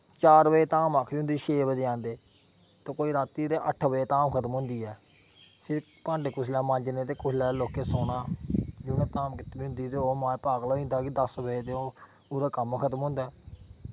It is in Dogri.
चार बजे धाम आक्खी दी होंदी ते कोई छे बजे आंदे ऐं ते कोई रातीं दे अट्ठ बजे धाम खत्म होंदी ऐ फिर भांडे कुसलै मांजने ते कुसलै लोकें सौना जिसने धाम कीती दी होंदी ते ओह् माए पागल होई जंदा कि दस बजे ते ओह्दा कम्म खत्म होंदा